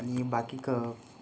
आणि बाकी क अ